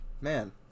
man